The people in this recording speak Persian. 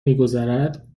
میگذرد